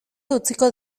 utziko